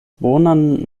bonan